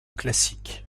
classique